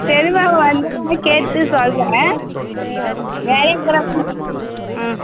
சரிம்மா அவங்க வந்தவொன்னே கேட்டு சொல்லுறேன் வேலைக்கு ம்